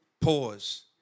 pause